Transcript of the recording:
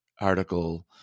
article